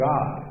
God